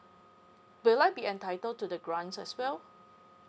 will I be entitled to the grants as well